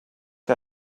que